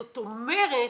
זאת אומרת